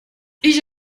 ich